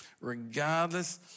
Regardless